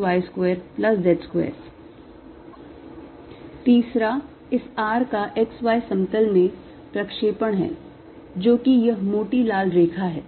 cosθzrzx2y2z2 तीसरा इस r का x y समतल में प्रक्षेपण है जो कि यह मोटी लाल रेखा है